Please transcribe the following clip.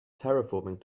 terraforming